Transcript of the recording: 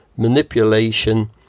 manipulation